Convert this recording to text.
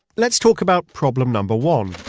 let's talk about problem number one,